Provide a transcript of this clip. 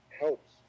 helps